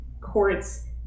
court's